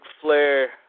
Flair